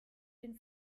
den